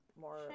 more